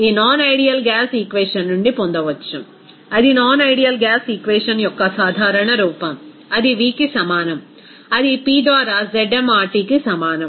ఈ non ideal gas equation నుండి పొందవచ్చు అది నాన్ ఐడియల్ గ్యాస్ ఈక్వేషన్ యొక్క సాధారణ రూపం అది Vకి సమానం అది P ద్వారా ZmRTకి సమానం